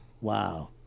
Wow